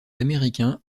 américains